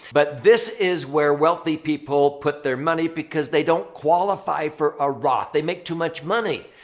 but this is where wealthy people put their money because they don't qualify for a roth. they make too much money.